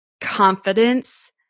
confidence